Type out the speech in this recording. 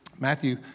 Matthew